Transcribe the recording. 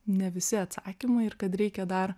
ne visi atsakymai ir kad reikia dar